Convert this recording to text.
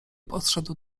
podszedł